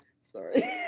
sorry